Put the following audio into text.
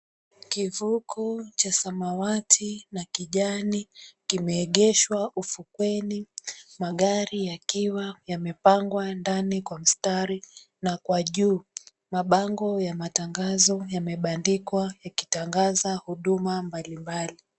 Kivuko cha samawati na kijani kimeegeshwa ufukweni magari yakiwa yamepangwa ndani kwa mstari na kwa juu mabango ya matangazo yamebandikwa yakitangaza huduma mbalimbali.